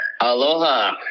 Aloha